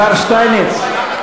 השר שטייניץ.